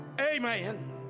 amen